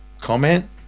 Comment